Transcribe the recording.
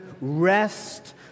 rest